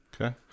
okay